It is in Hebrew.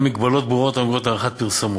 מגבלות ברורות בכל הקשור לעריכת פרסומות.